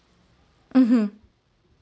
mmhmm